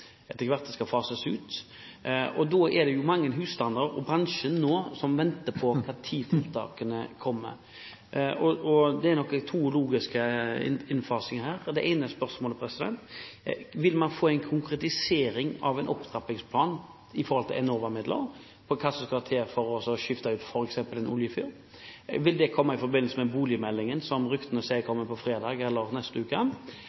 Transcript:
etter hvert bli forbudt med oljefyring, det skal fases ut. Da er det jo mange husstander, og bransjen, som nå venter på å få vite når tiltakene kommer. Det er to logiske innfasinger her, og det ene spørsmålet er: Vil man få en konkretisering av en opptrappingsplan med hensyn til Enova-midler, når det gjelder hva som skal til for å skifte ut f.eks. en oljefyr? Og vil det komme i forbindelse med boligmeldingen, som ryktene sier vil komme på fredag eller neste uke,